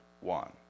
one